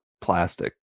plastic